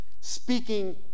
speaking